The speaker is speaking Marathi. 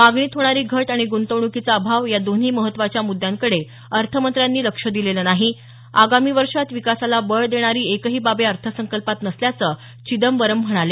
मागणीत होणारी घट आणि गृंतवण्कीचा अभाव या दोन्ही महत्त्वाच्या मुद्यांकडे अर्थमंत्र्यांनी लक्ष दिलेलं नाही आगामी वर्षात विकासाला बळ देणारी एकही बाब या अर्थसंकल्पात नसल्याचं चिदंबरम म्हणाले